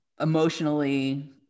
emotionally